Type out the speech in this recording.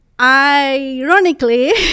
Ironically